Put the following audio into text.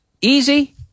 Easy